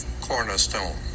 cornerstone